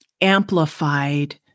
amplified